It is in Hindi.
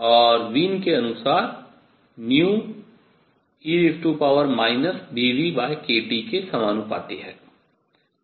और वीन के अनुसार νe βνkT के समानुपाती है